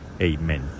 Amen